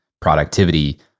productivity